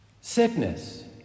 Sickness